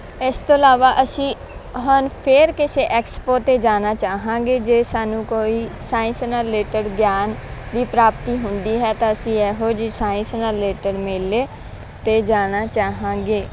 ਇਸ ਤੋਂ ਇਲਾਵਾ ਅਸੀਂ ਹੁਣ ਫੇਰ ਕਿਸੇ ਐਕਸਪੋ 'ਤੇ ਜਾਣਾ ਚਾਹਾਂਗੇ ਜੇ ਸਾਨੂੰ ਕੋਈ ਸਾਇੰਸ ਨਾਲ ਰਿਲੇਟਡ ਗਿਆਨ ਦੀ ਪ੍ਰਾਪਤੀ ਹੁੰਦੀ ਹੈ ਤਾਂ ਅਸੀਂ ਇਹੋ ਜਿਹੀ ਸਾਇੰਸ ਨਾਲ ਰਿਲੇਟਡ ਮੇਲੇ 'ਤੇ ਜਾਣਾ ਚਾਹਾਂਗੇ